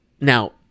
Now